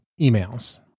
emails